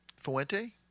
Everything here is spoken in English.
Fuente